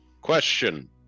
Question